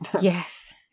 Yes